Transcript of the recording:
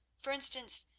for instance,